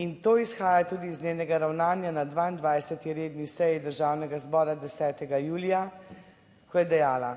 in to izhaja tudi iz njenega ravnanja na 22. redni seji državnega zbora 10. julija, ko je dejala,